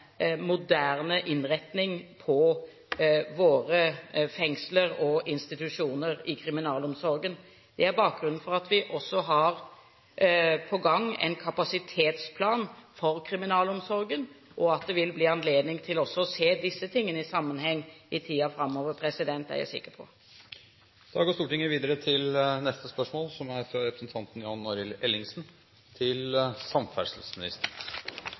moderne innretning på våre fengsler og institusjoner i kriminalomsorgen. Det er bakgrunnen for at vi har på gang en kapasitetsplan for kriminalomsorgen. At det vil bli anledning til også å se disse tingene i sammenheng i tiden framover, er jeg sikker på. Dette spørsmålet er overført til finansministeren som rette vedkommende. Spørsmålet må imidlertid utsettes til neste spørretime, da statsråden er bortreist. Jeg har følgende spørsmål til samferdselsministeren: